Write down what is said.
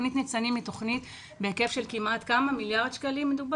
תוכנית ניצנים היא תוכנית בהיקף של יותר ממיליארד שקלים.